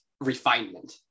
refinement